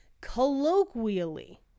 Colloquially